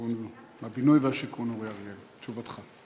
שר הבינוי והשיכון אורי אריאל, תשובתך.